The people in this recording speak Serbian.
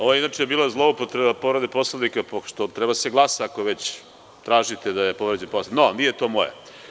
Ovo je inače bila zloupotreba povrede Poslovnika, pošto treba da se glasa, ako već tražite da je povređen Poslovnik, no nije to moje.